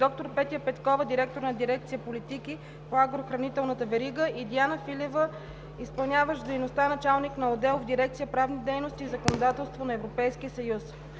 доктор Петя Петкова – директор на дирекция „Политики по агрохранителната верига“, и Диана Филева – изпълняващ дейността началник на отдел в дирекция „Правни дейности и законодателство на Европейския съюз“;